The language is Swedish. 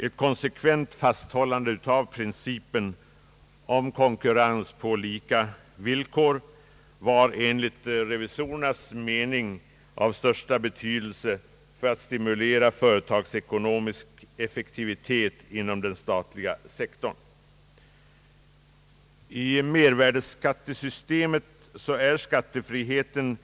Ett konsekvent fasthållande vid principen om konkurrens på lika villkor var enligt revisorernas mening av största betydelse för att stimulera företagsekonomisk effektivitet inom den statliga sektorn. I mervärdeskattesystemet är skattefriheten